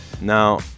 Now